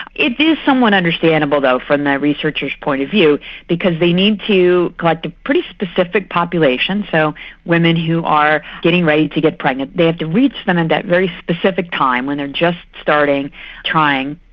it is somewhat understandable though from the researchers' point of view because they need to collect a pretty specific population, so women who are getting ready to get pregnant, they have to reach them in that very specific time when they are just starting trying.